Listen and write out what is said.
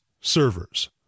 servers